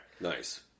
Nice